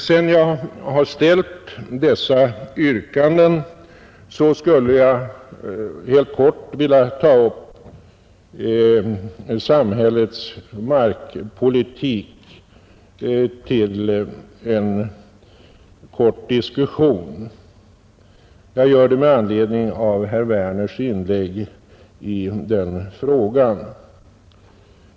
Sedan jag har framställt dessa yrkanden skulle jag vilja ta upp samhällets markpolitik till en kort diskussion. Jag gör det med anledning av herr Werners i Tyresö inlägg i den frågan.